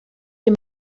dem